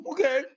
Okay